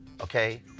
okay